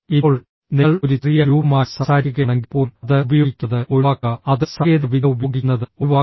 ഇപ്പോൾ നിങ്ങൾ ഒരു ചെറിയ ഗ്രൂപ്പുമായി സംസാരിക്കുകയാണെങ്കിൽ പോലും അത് ഉപയോഗിക്കുന്നത് ഒഴിവാക്കുക അതും സാങ്കേതികവിദ്യ ഉപയോഗിക്കുന്നത് ഒഴിവാക്കുക